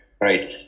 Right